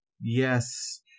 Yes